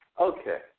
Okay